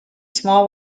small